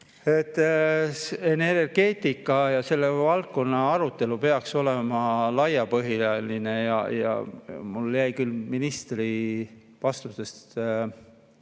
Energeetika ja kogu selle valdkonna arutelu peaks olema laiapõhjaline. Mulle jäi küll ministri vastustest,